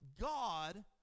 God